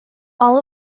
all